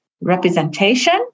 representation